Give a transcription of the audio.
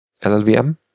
LLVM